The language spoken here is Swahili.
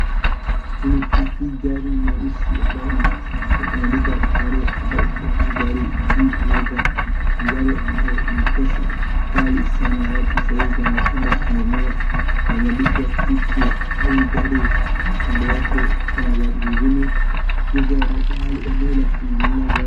Hii gari nyeusi ambayo ni, imeandikwa Rawa auto ni gari G-Wagon, ni gari ambayo ni pesa kali sana watu saa hii wanapenda kununua, imeandikwa two two . Na hii gari kando yake, kuna gari nyingine. Hivyo ni mahali eneo la kununulia gari.